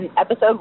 episode